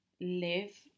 live